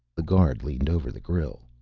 the guard leaned over the grille.